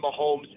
Mahomes